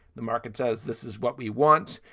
the market says this is what we want.